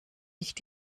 nicht